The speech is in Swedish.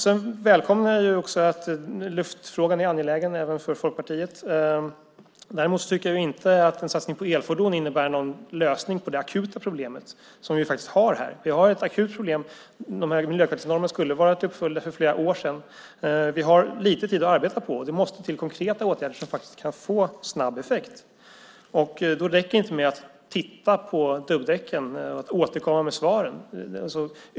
Jag välkomnar att luftfrågan är angelägen även för Folkpartiet. Däremot tycker jag inte att en satsning på elfordon innebär någon lösning på det akuta problem som vi faktiskt har. Vi har ett akut problem. De här miljökraven skulle ha varit uppfyllda för flera år sedan. Vi har lite tid att arbeta på. Det måste till konkreta åtgärder som kan få snabb effekt. Då räcker det inte med att titta på dubbdäcken och återkomma med svaren.